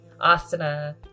asana